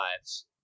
lives